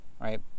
right